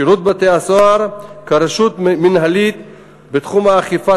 שירות בתי-הסוהר כרשות מינהלית בתחום אכיפת